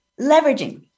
leveraging